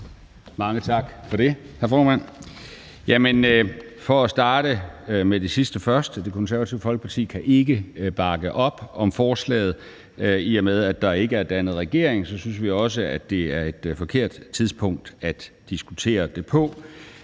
Mange tak for det, hr. formand. For at starte med det sidste først: Det Konservative Folkeparti kan ikke bakke op om forslaget. I og med at der ikke er dannet en regering, synes vi også, at det er et forkert tidspunkt at diskutere det på.